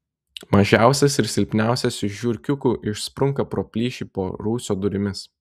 mažiausias ir silpniausias iš žiurkiukų išsprunka pro plyšį po rūsio durimis